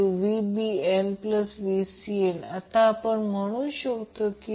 हे terminal A आहे आणि हे B आहे आणि हे Rg व्हेरिएबल आहे RL 10 Ω आहे Xg हे 5 Ω आहे